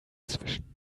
zwischen